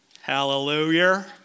Hallelujah